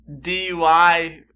DUI